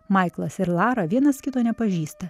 maiklas ir lara vienas kito nepažįsta